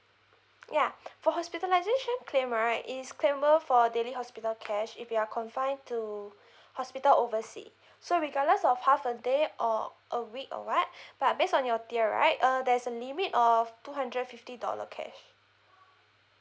ya for hospitalisation claim right it's claimable for daily hospital cash if you're confined to hospital oversea so regardless of half a day or a week or what but based on your tier right uh there's a limit of two hundred fifty dollar cash